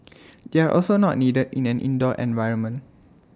they are also not needed in an indoor environment